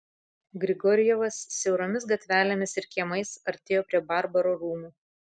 grigorjevas siauromis gatvelėmis ir kiemais artėjo prie barbaro rūmų